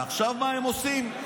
ועכשיו מה הם עושים?